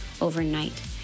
overnight